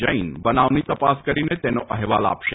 જૈન બનાવની તપાસ કરીને તેનો અહેવાલ આપશે